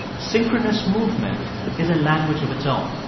synchronous movement is a language of its own.